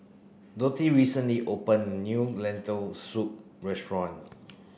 Dottie recently open new Lentil Soup restaurant